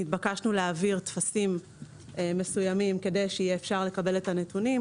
נתבקשנו להעביר טפסים מסוימים כדי שיהיה אפשר לקבל את הנתונים,